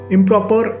Improper